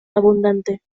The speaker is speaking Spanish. abundante